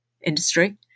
industry